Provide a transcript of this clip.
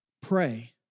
pray